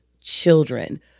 children